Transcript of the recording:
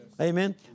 Amen